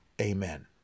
Amen